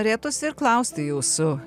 norėtųsi ir klausti jūsų